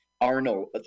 arnold